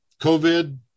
COVID